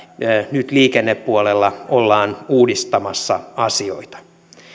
nyt liikennepuolella ollaan uudistamassa asioita